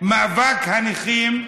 מאבק הנכים,